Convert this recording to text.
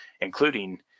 including